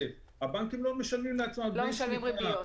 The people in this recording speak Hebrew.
הם לא משלמים לעצמם דמי --- הם לא משלמים ריביות,